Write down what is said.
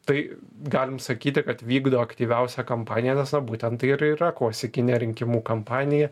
tai galim sakyti kad vykdo aktyviausią kampaniją nes na būtent tai ir yra klasikinė rinkimų kampanija